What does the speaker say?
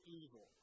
evil